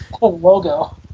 logo